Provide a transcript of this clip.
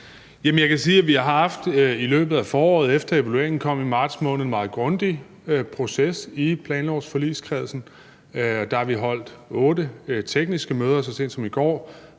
i løbet af foråret, efter at evalueringen kom i marts måned, har haft en meget grundig proces i planlovsforligskredsen. Der har vi holdt otte tekniske møder. Så sent som i går